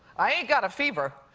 i ain't got a fever.